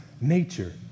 nature